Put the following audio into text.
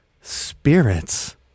spirits